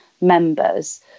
members